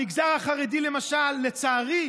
המגזר החרדי למשל, לצערי,